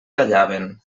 callaven